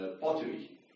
pottery